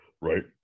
right